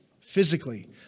physically